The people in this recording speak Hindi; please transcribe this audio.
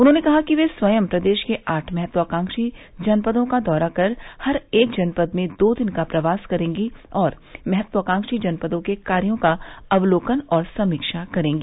उन्होंने कहा कि ये स्वयं प्रदेश के आठ महत्वाकांक्षी जनपदों का दौरा कर हर एक जनपद में दो दिन का प्रवास करेंगी और महत्वाकांक्षी जनपदों के कार्यो का अवलोकन और समीक्षा करेंगी